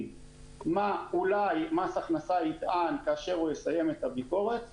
מה אולי מס הכנסה יטען כאשר הוא יסיים את הביקורת,